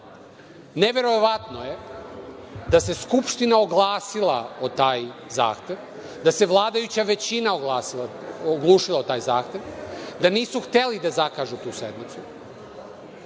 uživa. Neverovatno je da se Skupština oglušila o taj zahtev, da se vladajuća većina oglušila o taj zahtev, da nisu hteli da zakažu tu sednicu,